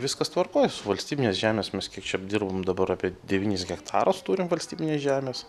viskas tvarkoj su valstybinės žemės mes kiek čia apdirbam dabar apie devynis hektarus turim valstybinės žemės